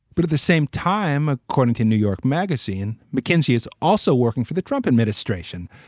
but at the same time, according to new york magazine, mckinsey is also working for the trump administration.